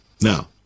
Now